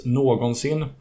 någonsin